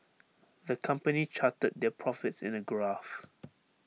the company charted their profits in A graph